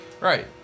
Right